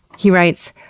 he writes,